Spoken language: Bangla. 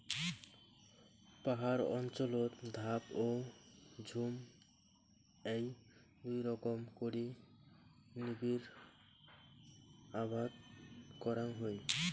পাহাড় অঞ্চলত ধাপ ও ঝুম এ্যাই দুই রকম করি নিবিড় আবাদ করাং হই